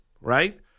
right